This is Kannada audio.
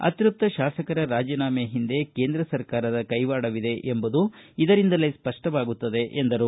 ಅತ್ಯಸ್ತ ಶಾಸಕರ ರಾಜೀನಾಮೆ ಹಿಂದೆ ಕೇಂದ್ರ ಸರ್ಕಾರದ ಕೈವಾಡವಿದೆ ಎಂಬುದು ಇದರಿಂದಲೇ ಸ್ಪಷ್ಟವಾಗುತ್ತದೆ ಎಂದರು